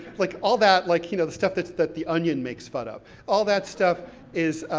like all that, like you know, the stuff that that the onion makes fun of. all that stuff is,